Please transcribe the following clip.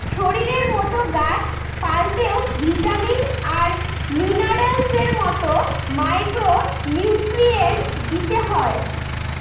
শরীরের মতো গাছ পালতেও ভিটামিন আর মিনারেলস এর মতো মাইক্র নিউট্রিয়েন্টস দিতে হয়